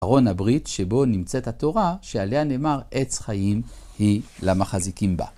ארון הברית שבו נמצאת התורה, שעליה נאמר "עץ חיים היא למחזיקים בה".